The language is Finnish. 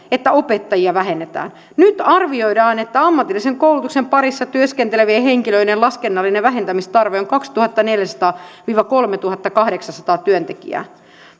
sillä että opettajia vähennetään nyt arvioidaan että ammatillisen koulutuksen parissa työskentelevien henkilöiden laskennallinen vähentämistarve on kaksituhattaneljäsataa viiva kolmetuhattakahdeksansataa työntekijää ja